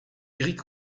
éric